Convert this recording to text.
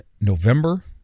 November